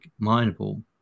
mineable